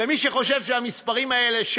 ומי שחושב שהמספרים האלה,